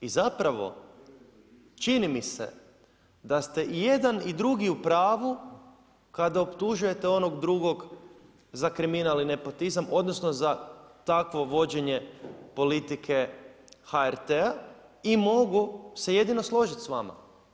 I zapravo, čini mi se da ste i jedan i drugi u pravu kada optužujete onog drugog za kriminal i nepotizam odnosno za takvo vođenje politike HRT-a i mogu se jedino složiti s vama.